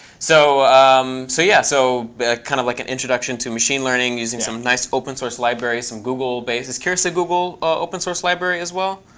so um so yeah, so kind of like an introduction to machine learning using some nice open source libraries, some google base is keras a so google open source library as well?